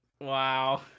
Wow